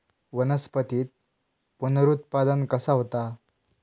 वनस्पतीत पुनरुत्पादन कसा होता?